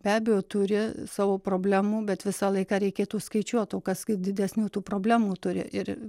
be abejo turi savo problemų bet visą laiką reikėtų skaičiuot o kas kai didesnių tų problemų turi ir